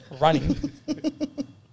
Running